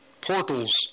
portals